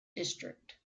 district